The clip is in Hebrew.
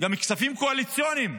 גם כספים קואליציוניים.